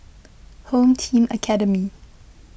Home Team Academy